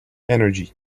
energy